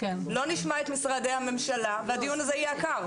לא נשמע את משרדי הממשלה והדיון הזה יהיה עקר.